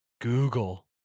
Google